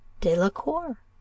Delacour